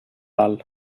alt